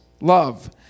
love